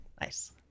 Nice